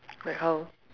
like how